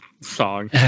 song